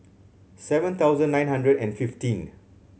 seven thousand nine hundred and fifteen